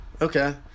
Okay